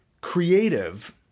creative